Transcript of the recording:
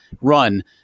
run